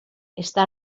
està